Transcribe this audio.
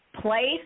place